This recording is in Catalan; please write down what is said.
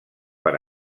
per